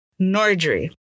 Nordry